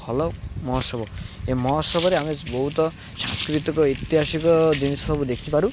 ଭଲ ମହୋତ୍ସବ ଏ ମହୋତ୍ସବରେ ଆମେ ବହୁତ ସାଂସ୍କୃତିକ ଐତିହାସିକ ଜିନିଷ ସବୁ ଦେଖିପାରୁ